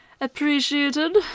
appreciated